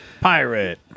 Pirate